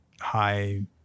high